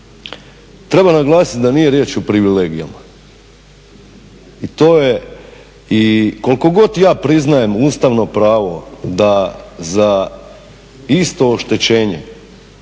treba naglasiti da nije riječ o privilegijama. I koliko god ja priznajem ustavno pravo da za isto oštećenje